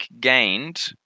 gained